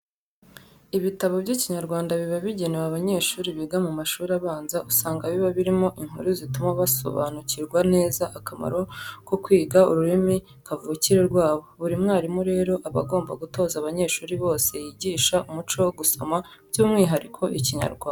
Ibitabo by'Ikinyarwanda biba bigenewe abanyeshuri biga mu mashuri abanza usanga biba birimo inkuru zituma basobanukirwa neza akamaro ko kwiga ururimi kavukire rwabo. Buri mwarimu rero aba agomba gutoza abanyeshuri bose yigisha umuco wo gusoma by'umwihariko Ikinyarwanda.